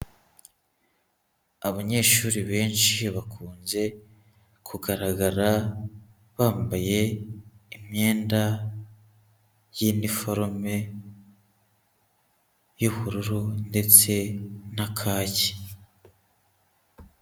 Abanyeshuri benshi bakunze kugaragara, bambaye imyenda y'iniforome y'ubururu ndetse na kacyi.